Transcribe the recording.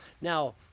now